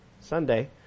Sunday